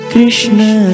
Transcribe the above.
Krishna